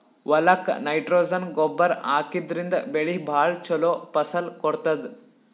ಹೊಲಕ್ಕ್ ನೈಟ್ರೊಜನ್ ಗೊಬ್ಬರ್ ಹಾಕಿದ್ರಿನ್ದ ಬೆಳಿ ಭಾಳ್ ಛಲೋ ಫಸಲ್ ಕೊಡ್ತದ್